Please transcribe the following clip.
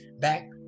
back